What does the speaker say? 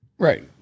Right